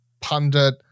pundit